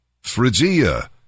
Phrygia